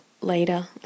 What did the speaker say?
later